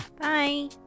bye